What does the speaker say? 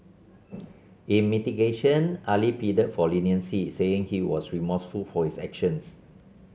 in mitigation Ali pleaded for leniency saying he was remorseful for his actions